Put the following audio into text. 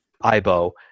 iBo